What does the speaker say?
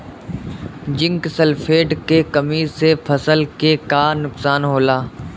Zinc sulphate के कमी से फसल के का नुकसान होला?